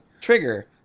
trigger